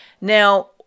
Now